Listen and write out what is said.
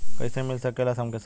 कइसे मिल सकेला हमके ऋण?